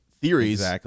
theories